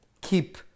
keep